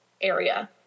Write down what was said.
area